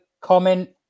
comment